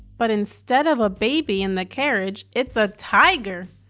but instead of a baby in the carriage it's a tiger.